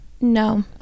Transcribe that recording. no